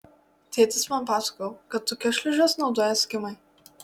tėtis man pasakojo kad tokias šliūžes naudoja eskimai